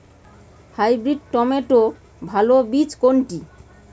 Hybrid টমেটোর ভালো বীজ কোনটি?